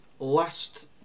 last